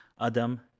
Adam